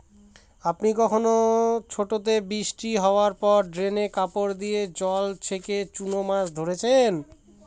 আপনি কখনও ছোটোতে বৃষ্টি হাওয়ার পর ড্রেনে কাপড় দিয়ে জল ছেঁকে চুনো মাছ ধরেছেন?